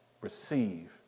receive